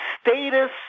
status